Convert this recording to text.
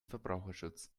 verbraucherschutz